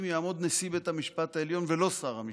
יעמוד נשיא בית המשפט העליון ולא שר המשפטים,